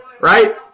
Right